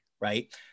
Right